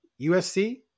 USC